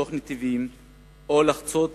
לחתוך נתיבים או לחצות